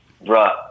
Right